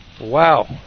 Wow